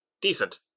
decent